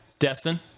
Destin